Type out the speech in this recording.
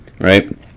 right